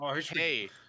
hey